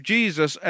Jesus